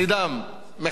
מחסידיהן,